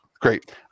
great